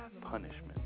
punishment